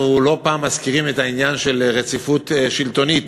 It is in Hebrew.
אנחנו לא פעם מזכירים את העניין של רציפות שלטונית,